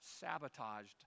sabotaged